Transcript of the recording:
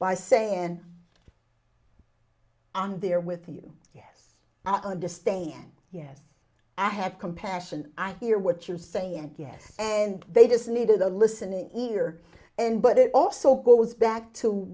by saying and on there with you yes i understand yes i have compassion i hear what you're saying and yes and they just needed a listening ear and but it also goes back to